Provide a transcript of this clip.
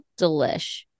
delish